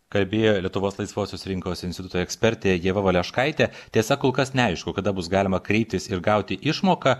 kalbėjo lietuvos laisvosios rinkos instituto ekspertė ieva valeškaitė tiesa kol kas neaišku kada bus galima kreiptis ir gauti išmoką